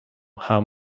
how